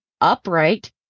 upright